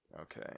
Okay